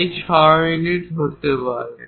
এটি 6 ইউনিট হতে পারে